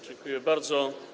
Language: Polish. Dziękuję bardzo.